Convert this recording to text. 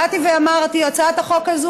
באתי ואמרתי: הצעת החוק הזו,